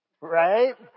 Right